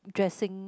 dressing